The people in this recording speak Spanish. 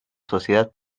sociedad